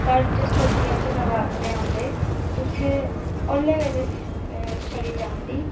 पर जो सर्दियां च नवरात्रे आंदे ते उ'त्थें ओल्लै बेल्लै छड़ी जांदी